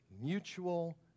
mutual